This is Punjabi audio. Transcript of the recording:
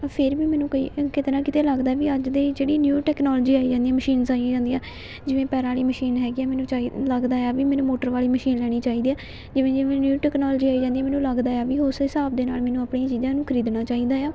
ਫਿਰ ਵੀ ਮੈਨੂੰ ਕਈ ਕਿਤੇ ਨਾ ਕਿਤੇ ਲੱਗਦਾ ਹੈ ਵੀ ਅੱਜ ਦੀ ਜਿਹੜੀ ਨਿਊ ਟੈਕਨੋਲਜੀ ਆਈ ਜਾਂਦੀ ਮਸ਼ੀਨਸ ਆਈ ਜਾਂਦੀਆਂ ਜਿਵੇਂ ਪੈਰਾਂ ਵਾਲੀ ਮਸ਼ੀਨ ਹੈਗੀ ਆ ਮੈਨੂੰ ਚਾਹੀ ਲੱਗਦਾ ਆ ਵੀ ਮੈਨੂੰ ਮੋਟਰ ਵਾਲੀ ਮਸ਼ੀਨ ਲੈਣੀ ਚਾਹੀਦੀ ਹੈ ਜਿਵੇਂ ਜਿਵੇਂ ਨਿਊ ਟੈਕਨੋਲਜੀ ਆਈ ਜਾਂਦੀ ਹੈ ਮੈਨੂੰ ਲੱਗਦਾ ਹੈ ਵੀ ਉਸ ਹਿਸਾਬ ਦੇ ਨਾਲ ਮੈਨੂੰ ਆਪਣੀਆਂ ਚੀਜ਼ਾਂ ਨੂੰ ਖਰੀਦਣਾ ਚਾਹੀਦਾ ਆ